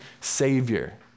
savior